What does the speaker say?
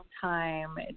time